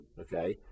okay